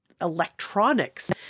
electronics